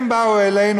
הם באו אלינו,